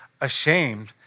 ashamed